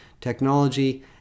technology